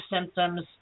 symptoms